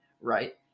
right